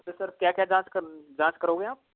फिर सर क्या क्या जांच कर जांच करोगे आप